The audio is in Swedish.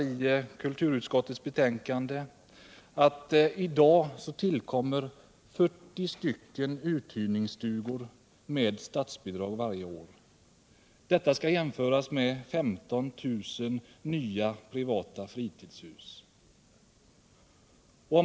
I kulturutskottets betänkande konstateras att det varje år tillkommer 40 uthyrningsstugor med statsbidrag. Detta skall jämföras med 15 000 nya privata fritidshus.